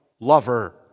lover